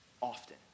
often